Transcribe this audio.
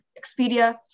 Expedia